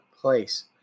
place